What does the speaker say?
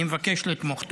אני מבקש לתמוך.